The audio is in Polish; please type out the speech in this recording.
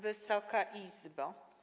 Wysoka Izbo!